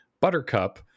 Buttercup